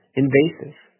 invasive